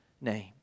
name